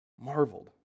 marveled